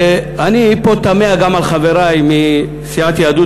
ואני פה תמה גם על חברַי מסיעת יהדות